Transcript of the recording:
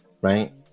right